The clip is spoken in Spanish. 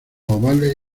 ovales